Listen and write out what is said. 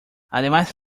además